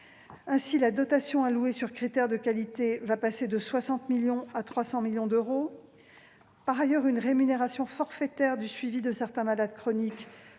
Ainsi, la dotation allouée sur critères de qualité passera de 60 à 300 millions d'euros. Par ailleurs, une rémunération forfaitaire du suivi de certains malades chroniques